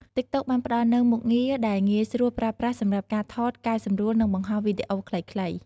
តិកតុកបានផ្ដល់នូវមុខងារដែលងាយស្រួលប្រើប្រាស់សម្រាប់ការថត កែសម្រួល និងបង្ហោះវីដេអូខ្លីៗ។